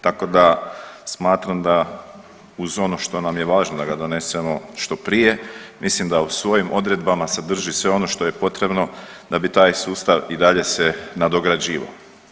Tako da smatram da uz ono što nam je važno da ga donesemo što prije mislim da u svojim odredbama sadrži sve ono što je potrebno da bi taj sustavi dalje se nadograđivao.